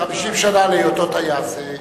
50 שנה להיותו טייס.